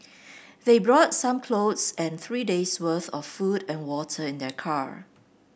they brought some clothes and three days worth of food and water in their car